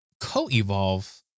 co-evolve